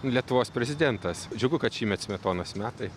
lietuvos prezidentas džiugu kad šįmet smetonos metai